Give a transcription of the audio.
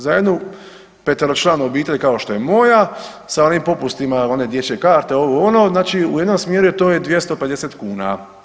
Za jednu peteročlanu obitelj kao što je moja sa onim popustima one dječje karte ovo ono znači u jednom smjeru to je 250 kuna.